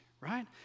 right